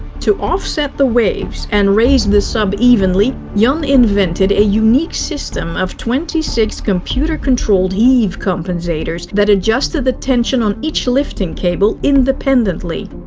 to offset the waves and raise the sub evenly, jan invented a unique system of twenty six computer-controlled heave compensators, that adjusted the tension on each lifting cable independently.